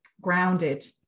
grounded